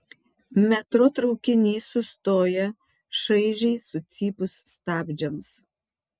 metro traukinys sustoja šaižiai sucypus stabdžiams